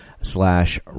slash